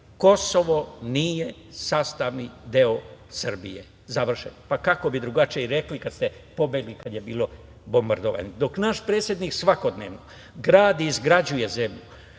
Kosovo nije sastavni deo Srbije, završen citat. Kako bi drugačije i rekli kada ste pobegli kada je bilo bombardovanje. Dok naš predsednik svakodnevno radi i izgrađuje zemlju,